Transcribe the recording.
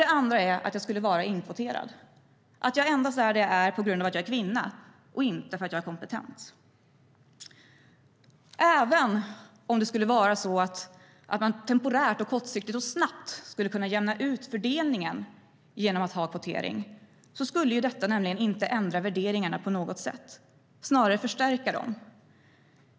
Den andra är att jag skulle vara inkvoterad, alltså att jag endast är där jag är på grund av att jag är kvinna och inte på grund av att jag är kompetent. Även om det skulle vara så att man temporärt, kortsiktigt och snabbt skulle kunna jämna ut fördelningen genom att använda kvotering skulle det inte ändra värderingarna på något sätt utan snarare förstärka dem.